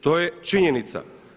To je činjenica.